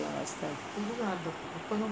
last time